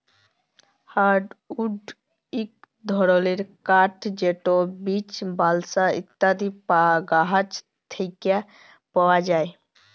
hardwood ইক ধরলের কাঠ যেট বীচ, বালসা ইত্যাদি গাহাচ থ্যাকে পাউয়া যায়